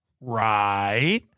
right